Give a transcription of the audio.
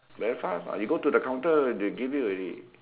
very fast lah you go to the counter they give you already